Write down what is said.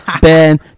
ben